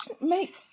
make